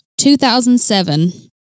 2007